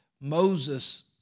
Moses